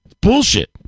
Bullshit